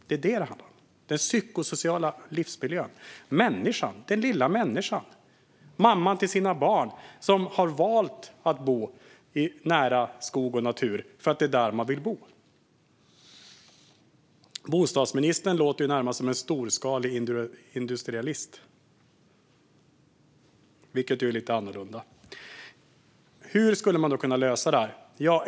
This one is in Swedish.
Det är detta det handlar om, alltså den psykosociala livsmiljön - den lilla människan, mamman med sina barn som har valt att bo nära skog och natur för att man vill bo där. Bostadsministern låter närmast som en storskalig industrialist, vilket är lite annorlunda. Hur skulle man då kunna lösa detta?